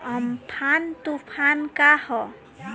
Amphan तुफान का ह?